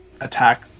attack